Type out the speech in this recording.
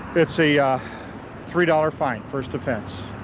it's a three dollar fine, first offense.